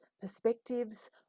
perspectives